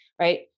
right